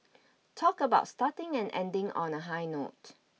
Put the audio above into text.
talk about starting and ending on a high note